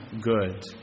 good